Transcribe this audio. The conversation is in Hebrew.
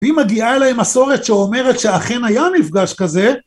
ואם מגיעה אליהם מסורת שאומרת שאכן היה מפגש כזה.